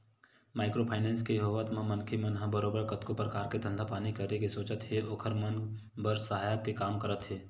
micro finance के होवत म मनखे मन ह बरोबर कतको परकार के धंधा पानी करे के सोचत हे ओखर मन बर सहायक के काम करत हे